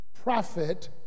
prophet